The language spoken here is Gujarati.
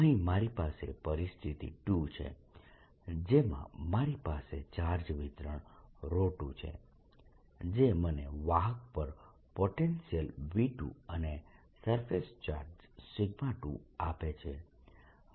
અહીં મારી પાસે પરિસ્થિતિ 2 છે જેમાં મારી પાસે ચાર્જ વિતરણ 2 છે જે મને વાહક પર પોટેન્શિયલ V2 અને સરફેસ ચાર્જ 2 આપે છે